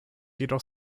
jedoch